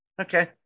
okay